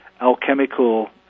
alchemical